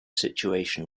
situation